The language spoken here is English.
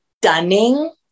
stunning